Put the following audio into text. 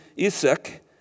Isaac